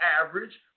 average